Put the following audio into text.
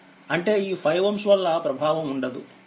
అంటేఈ5Ω వల్ల ప్రభావం ఉండదు